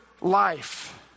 life